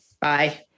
Bye